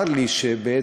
צר לי שבגדול,